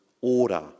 order